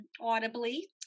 audibly